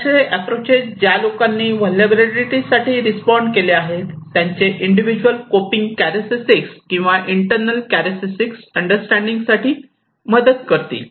असे अॅप्रोचेस ज्या लोकांनी व्हलनेरलॅबीलीटी साठी रिस्पोंड केले आहे त्यांचे इंडिव्हिज्युअल कॉपिंग चारक्टरिस्टीस किंवा इंटरनल चारक्टरिस्टीस अंडरस्टँडिंग साठी मदत करतील